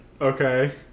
Okay